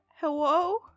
Hello